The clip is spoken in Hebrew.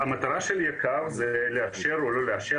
כל הרופאים כמובן שמטפלים בקנאביס